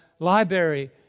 library